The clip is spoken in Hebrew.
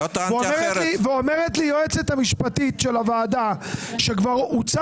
ואומרת לי היועצת המשפטית של הוועדה שכבר הוצא